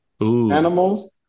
animals